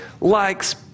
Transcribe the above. likes